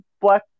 Black